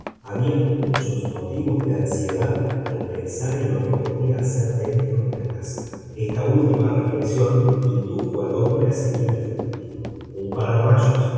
había muchos motivos de ansiedad al pensar en lo que podría hacer dentro de la casa esta última reflexión indujo al hombre a seguir al fugitivo un pararrayos